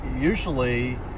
usually